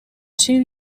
two